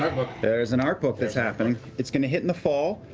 there's an art book that's happening. it's going to hit in the fall,